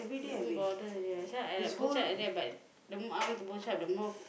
don't bother already lah that's why I like bochup like that but the more I want to bochup the more